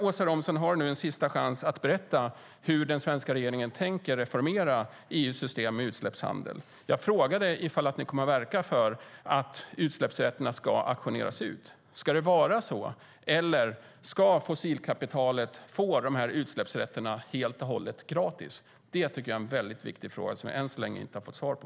Åsa Romson har i sitt sista inlägg möjlighet att berätta hur den svenska regeringen tänker reformera EU:s system med utsläppsrätter. Jag frågade ifall ni kommer att verka för att utsläppsrätterna ska auktioneras ut. Ska det vara så eller ska fossilkapitalet få utsläppsrätterna helt gratis? Det tycker jag är en viktig fråga som jag ännu inte fått svar på.